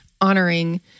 honoring